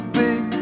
big